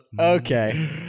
okay